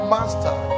Master